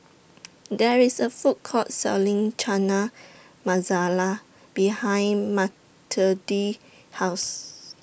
There IS A Food Court Selling Chana Masala behind Mathilde's House